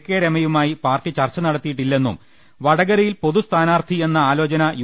K രമയുമായി party ചർച്ചു നട ത്തിയിട്ടില്ലെന്നും വടകരയിൽ പൊതുസ്ഥാനാർത്ഥിയെന്ന ആലോ ചന യു